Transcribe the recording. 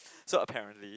so apparently